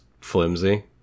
flimsy